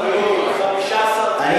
שרת הבריאות, 15 תקנים מעל התקן.